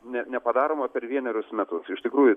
ne nepadaroma per vienerius metus iš tikrųjų